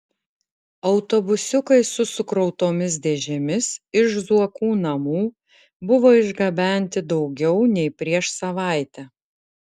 autobusiukai su sukrautomis dėžėmis iš zuokų namų buvo išgabenti daugiau nei prieš savaitę